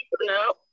No